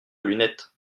lunettes